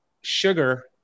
sugar